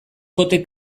kote